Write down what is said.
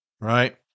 right